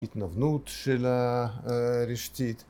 ‫התנוונות של הרשתית.